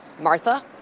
Martha